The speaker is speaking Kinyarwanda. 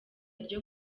ryo